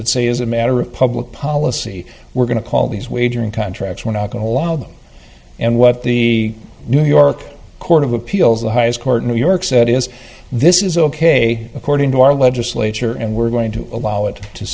that say as a matter of public policy we're going to call these wagering contracts we're not going to allow them and what the new york court of appeals the highest court in new york said is this is ok according to our legislature and we're going to allow it to